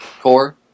core